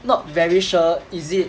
not very sure is it